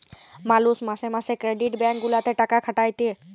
মালুষ মাসে মাসে ক্রেডিট ব্যাঙ্ক গুলাতে টাকা খাটাতে